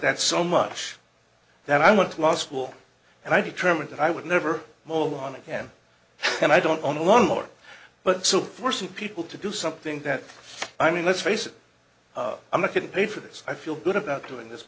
that so much that i went to law school and i determined that i would never moron again and i don't own a lawnmower but so were some people to do something that i mean let's face it i'm not getting paid for this i feel good about doing this